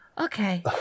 okay